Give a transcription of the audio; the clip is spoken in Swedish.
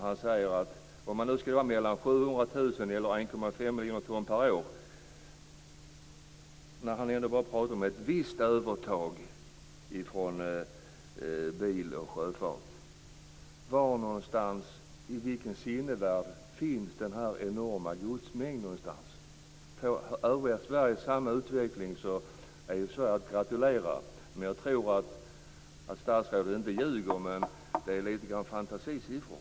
Han säger att man skall använda 700 000 ton eller 1,5 miljoner ton per år - ändå pratar han bara om ett visst övertag i förhållande till bil och sjöfart. Var i sinnevärlden finns den här enorma godsmängden? Får övriga Sverige samma utveckling är ju Sverige att gratulera. Jag tror inte att statsrådet ljuger, men det är lite grann av fantasisiffror.